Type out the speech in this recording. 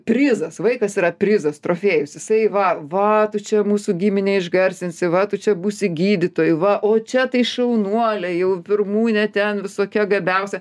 prizas vaikas yra prizas trofėjus jisai va va čia mūsų giminę išgarsinsi va tu čia būsi gydytoju va o čia tai šaunuolė jau pirmūnė ten visokia gabiausia